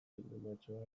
bildumatxoa